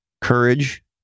courage